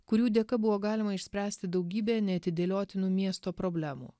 kurių dėka buvo galima išspręsti daugybę neatidėliotinų miesto problemų